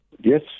Yes